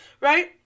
right